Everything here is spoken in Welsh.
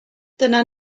dyna